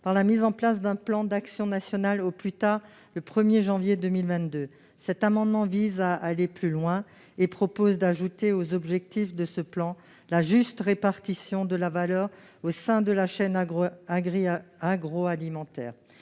par la mise en oeuvre d'un plan d'action national au plus tard le 1 janvier 2022. Avec cet amendement, nous proposons d'aller plus loin en ajoutant aux objectifs de ce plan la juste répartition de la valeur au sein de la chaîne agroalimentaire.